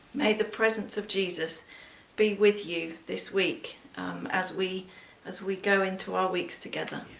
may the presence of jesus be with you this week as we as we go into our weeks together.